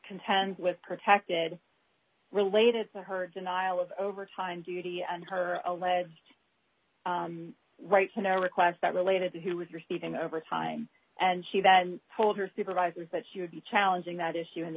contend with protected related to her denial of overtime duty and her alleged right now require that related to who was receiving overtime and she then told her supervisor that she would be challenging that